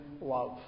love